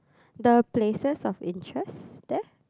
the places of interest there